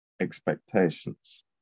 expectations